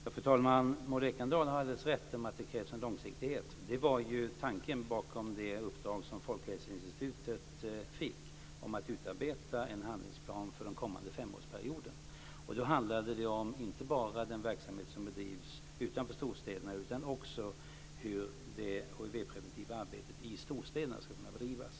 Fru talman! Maud Ekendahl har helt rätt i att det krävs en långsiktighet. Det var tanken bakom det uppdrag som Folkhälsoinstitutet fick om att utarbeta en handlingsplan för den kommande femårsperioden. Då handlade det inte bara om den verksamhet som bedrivs utanför storstäderna utan också om hur det hivpreventiva arbetet i storstäderna ska kunna bedrivas.